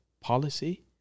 policy